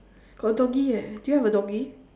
got doggy eh do you have a doggy